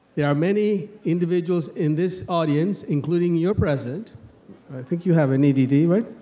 there are many individuals in this audience, including your president. i think you have an edd, right?